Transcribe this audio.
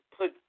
put